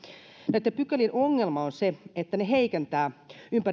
näitten pykälien ongelma on se että ne heikentävät